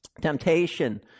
Temptation